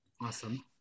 Awesome